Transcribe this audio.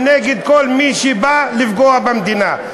ונגד כל מי שבא לפגוע במדינה,